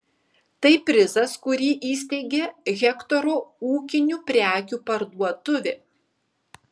tai prizas kurį įsteigė hektoro ūkinių prekių parduotuvė